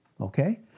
okay